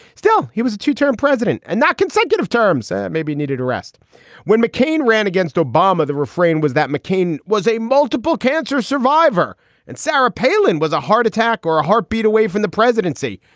still, he was a two term president and not consecutive terms and maybe needed arrest when mccain ran against obama. the refrain was that mccain was a multiple cancer survivor and sarah palin was a heart attack or a heartbeat away from the presidency.